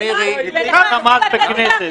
--- לך אסור לתת את זה.